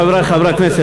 חברי חברי הכנסת,